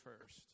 first